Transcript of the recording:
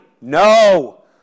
no